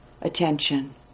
attention